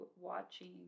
watching